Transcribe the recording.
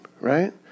right